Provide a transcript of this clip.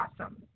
awesome